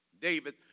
David